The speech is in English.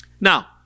now